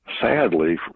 sadly